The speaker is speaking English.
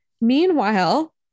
Meanwhile